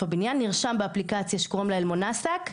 הבניין נרשם באפליקציה שנקראת אל-מונסק,